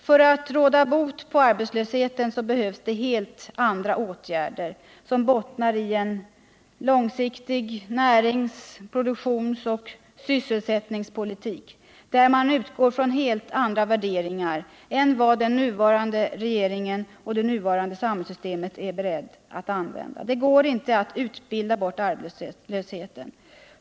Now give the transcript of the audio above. För att råda bot på arbetslösheten behövs helt andra åtgärder, som bottnar i en långsiktig närings-, produktionsoch sysselsättningspolitik, som utgår från helt andra värderingar än vad man i nuvarande regering och samhällssystem är beredd att använda. Det går inte att utbilda bort arbetslösheten.